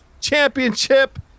championship